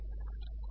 और उससे थोड़ा कम